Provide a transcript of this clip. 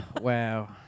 wow